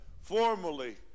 formally